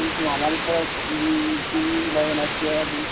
কিন্তু আমাদের তো সিগন্যালে পুলিশ আছে